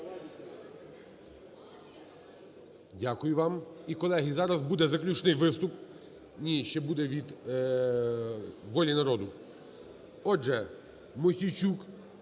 Дякую вам. І, колеги, зараз буде заключний виступ. Ні, ще буду від "Волі народу". Отже, Мосійчук